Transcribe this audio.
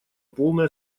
полной